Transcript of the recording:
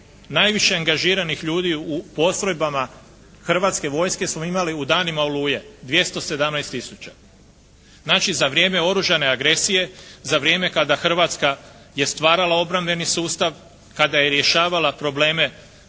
najviše angažiranih ljudi u postrojbama Hrvatske vojske smo imali u danima "Oluje" 217 tisuća. Znači za vrijeme oružane agresije, za vrijeme kada Hrvatska je stvarala obrambeni sustav, kada je rješavala probleme